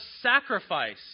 sacrifice